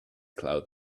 cloud